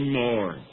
more